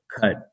cut